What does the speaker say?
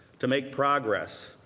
to make progress,